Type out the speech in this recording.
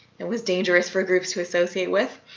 it was dangerous for groups to associate with.